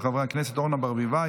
של חברי הכנסת אורנה ברביבאי,